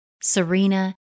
Serena